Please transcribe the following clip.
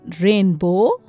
rainbow